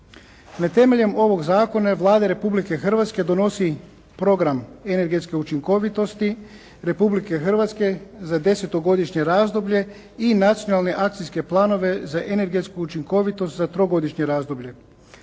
Temeljem ovog zakona Vlada Republike Hrvatske donosi program energetske učinkovitosti Republike Hrvatske za desetogodišnje razdoblje i nacionalne akcijske planove za energetsku učinkovitost za trogodišnje razdoblje.